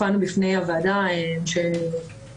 הופענו בפני הוועדה שהוקמה,